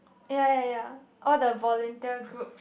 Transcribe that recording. ya ya ya all the volunteer groups